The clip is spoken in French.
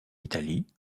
italie